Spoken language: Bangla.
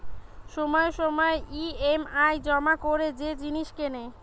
সময়ে সময়ে ই.এম.আই জমা করে যে জিনিস কেনে